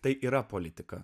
tai yra politika